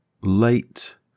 late